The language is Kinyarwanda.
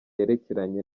yerekeranye